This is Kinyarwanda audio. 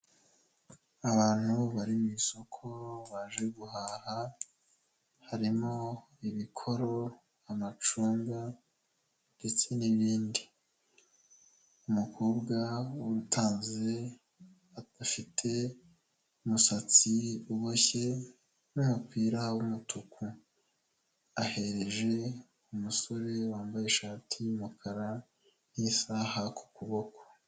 Abantu bari mu isoko baje guhaha, harimo, ibikoro, amacunga ndetse n'ibindi, umukobwa witanze adafite umusatsi uboshye n'umupira w'umutuku, ahereje umusore wambaye ishati y'umukara n'isaha ku kuboko.